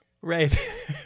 Right